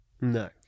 No